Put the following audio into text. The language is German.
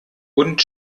und